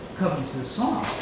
comes this song.